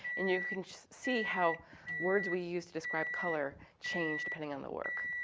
and you can see how words we use to describe color change depending on the work.